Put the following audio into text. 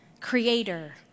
creator